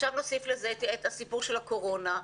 עכשיו נוסיף לזה את סיפור הקורונה.